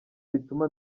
bituma